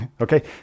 okay